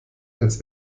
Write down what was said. als